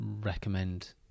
recommend